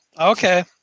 okay